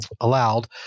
allowed